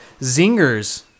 Zingers